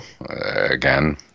again